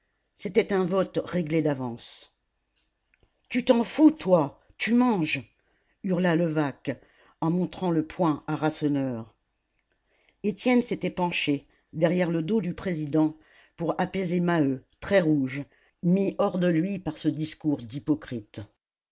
c'était un vote réglé à l'avance tu t'en fous toi tu manges hurla levaque en montrant le poing à rasseneur étienne s'était penché derrière le dos du président pour apaiser maheu très rouge mis hors de lui par ce discours d'hypocrite